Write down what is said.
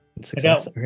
Success